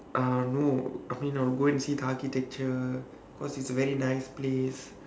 uh no I mean I will go and see the architecture cause it's a very nice place